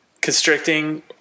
constricting